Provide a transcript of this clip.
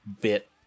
bit